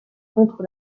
contre